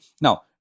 Now